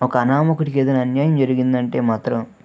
ఒక అనామకుడికి ఏదైనా అన్యాయం జరిగిందంటే మాత్రం